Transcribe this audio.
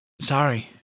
Sorry